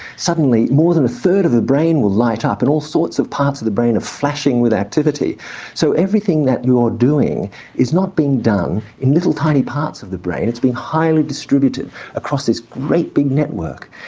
suddenly more than a third of the brain will light up and all sorts of parts of the brain are flashing with activity so everything that you're doing is not being done in little tiny parts of the brain, it's being highly distributed across this great big network.